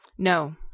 No